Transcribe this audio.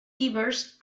givers